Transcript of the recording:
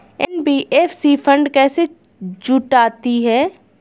NBFC fund कैसे जुटाती है?